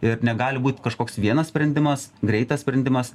ir negali būti kažkoks vienas sprendimas greitas sprendimas